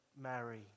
Mary